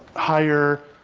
higher